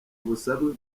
ubusabe